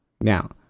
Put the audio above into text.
now